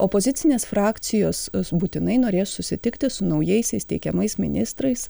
opozicinės frakcijos os būtinai norės susitikti su naujaisiais teikiamais ministrais